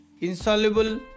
insoluble